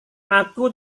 aku